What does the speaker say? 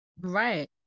Right